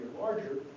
larger